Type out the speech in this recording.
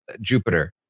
Jupiter